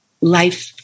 life